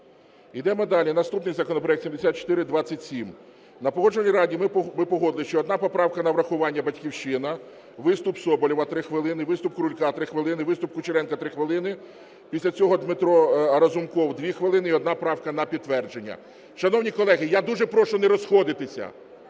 Йдемо далі. Наступний законопроект 7427. На Погоджувальній раді ми погодили, що одна поправка на врахування - "Батьківщина", виступ Соболєва - 3 хвилини, виступ Крулька - 3 хвилини, виступ Кучеренка - 3 хвилини. Після цього Дмитро Разумков - 2 хвилини і одна правка на підтвердження. Шановні колеги, я дуже прошу не розходитися,